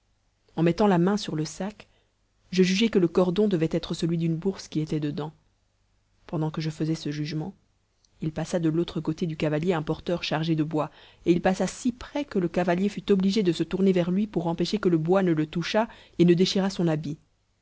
en mettant la main sur le sac je jugeai que le cordon devait être celui d'une bourse qui était dedans pendant que je faisais ce jugement il passa de l'autre côté du cavalier un porteur chargé de bois et il passa si près que le cavalier fut obligé de se tourner vers lui pour empêcher que le bois ne le touchât et ne déchirât son habit